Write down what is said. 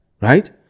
right